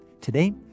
Today